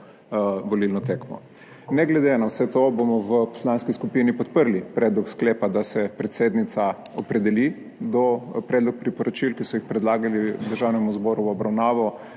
volilno tekmo. Ne glede na vse to bomo v poslanski skupini podprli predlog sklepa, da se predsednica opredeli do predlog priporočil, ki so jih predlagali Državnemu zboru v obravnavo.